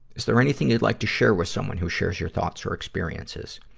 is there anything you'd like to share with someone who shares your thoughts our experiences?